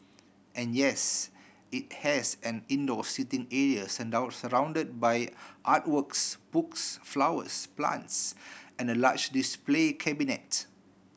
and yes it has an indoor seating area surrounded by art works books flowers plants and a large display cabinet